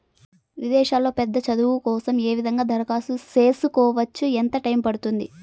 విదేశాల్లో పెద్ద చదువు కోసం ఏ విధంగా దరఖాస్తు సేసుకోవచ్చు? ఎంత టైము పడుతుంది?